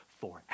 forever